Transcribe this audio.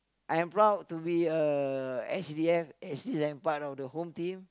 I am proud to be a S_C_D_F actually like part of the Home Team